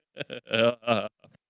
a